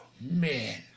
Man